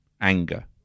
Anger